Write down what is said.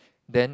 then